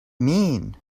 mean